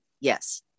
yes